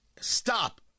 stop